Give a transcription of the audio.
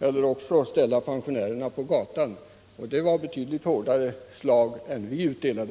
eller också ställa pensionärerna på gatan. Det var betydligt hårdare slag än dem vi utdelade.